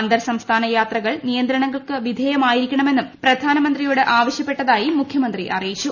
അന്തർ സംസ്ഥാന യാത്രകൾ നിയന്ത്രണങ്ങൾക്കു വിധേയമായിരി ക്കണമെന്നും പ്രധാനമന്ത്രിയോട് ആവശ്യപ്പെട്ടതായി മുഖ്യമന്ത്രി അറിയിച്ചു